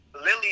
Lily